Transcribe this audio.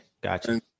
gotcha